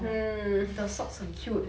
the socks 很 cute